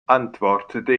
antwortete